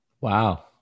Wow